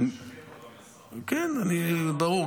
יש גם כאלה שכן, כן, ברור.